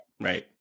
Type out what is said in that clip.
Right